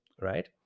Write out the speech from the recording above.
right